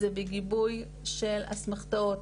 זה בגיבוי של אסמכתאות,